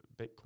Bitcoin